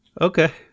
Okay